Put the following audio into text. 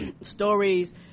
stories